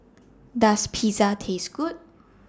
Does Pizza Taste Good